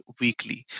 weekly